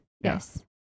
Yes